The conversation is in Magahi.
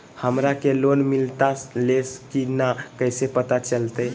हमरा के लोन मिलता ले की न कैसे पता चलते?